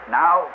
now